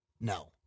No